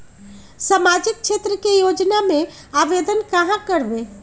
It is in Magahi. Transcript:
सामाजिक क्षेत्र के योजना में आवेदन कहाँ करवे?